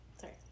sorry